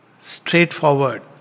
straightforward